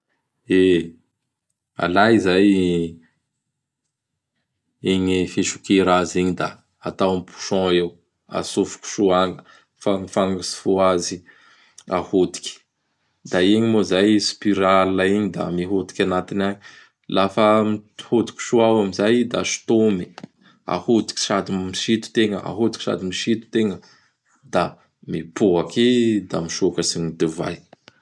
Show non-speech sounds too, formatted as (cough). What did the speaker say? (noise) E! Alay izay igny fisokira azy igny da atao amin'gny bouchon eo, atsofoky soa agny fa gny fagnatsofoa azy ahodiky; da igny moa zay spiral igny da mihodiky agnatiny agny. (noise) Lafa mihodiky soa ao amin'izay i da sotomy. (noise) Ahodiky sady misito tegna, ahodiky sady misito tegna; da mipoaky; da misokatsy gny divay.